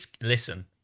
Listen